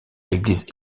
l’église